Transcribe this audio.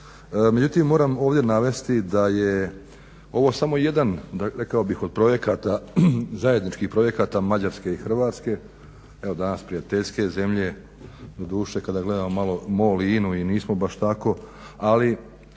Međutim, moram ovdje navesti da je ovo samo jedan rekao bih od projekata, zajedničkih projekata Mađarske i Hrvatske, evo danas prijateljske zemlje. Doduše kada gledamo malo MOL i INA-u i nismo baš tako, ali